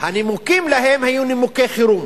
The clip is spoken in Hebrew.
והנימוקים להם היו נימוקי חירום.